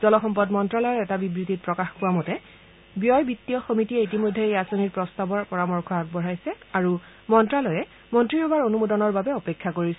জলসম্পদ মন্তালয়ৰ এটা বিবৃতিত প্ৰকাশ পোৱা মতে ব্যয় বিত্তীয় সমিতিয়ে ইতিমধ্যে এই আঁচনিৰ প্ৰস্তাৱৰ পৰামৰ্শ আগবঢ়াইছে মন্ত্ৰালয়ে মন্ত্ৰীসভাৰ অনুমোদনৰ বাবে অপেক্ষা কৰিছে